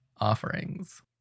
offerings